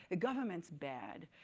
the government's bad.